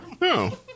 No